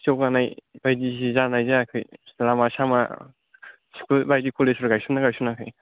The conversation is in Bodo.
जौगानाय बायदि जि जानाय जायाखै लामा सामा स्कुल बायदि कलेज फोर गायसनदोंना गायसनाखै